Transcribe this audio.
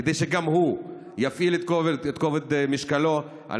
כדי שגם הוא יפעיל את כובד משקלו על